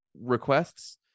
requests